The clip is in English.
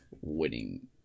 Winning